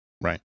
Right